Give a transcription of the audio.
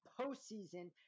postseason